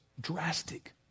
drastic